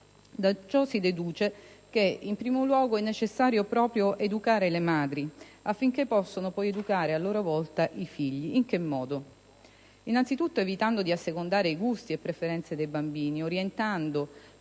Da ciò si deduce in primo luogo che è necessario educare le madri, affinché possano poi educare - a loro volta - i figli. In che modo?